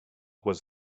was